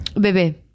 Bebe